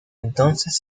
entonces